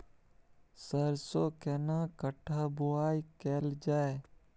सरसो केना कट्ठा बुआई कैल जाय?